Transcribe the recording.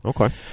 Okay